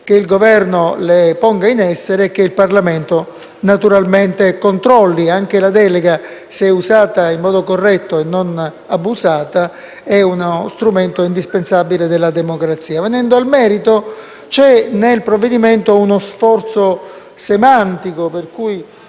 che il Governo le ponga in essere e che il Parlamento, come naturale, controlli. Anche la delega, se usata in maniera corretta e non abusata, è infatti uno strumento indispensabile della democrazia. Venendo al merito, c'è nel provvedimento uno sforzo semantico, per cui